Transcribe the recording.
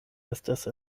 estas